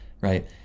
right